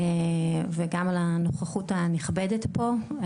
וגם על הנוכחות הנכבדת פה.